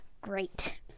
great